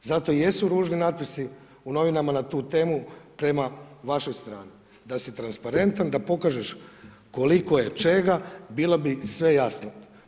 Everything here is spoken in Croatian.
Zato i jesu ružni natpisi u novinama na tu temu prema vašoj strani, da si transparentan, da pokažeš koliko je čega, bilo bi sve jasno.